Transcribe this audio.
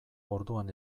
orduan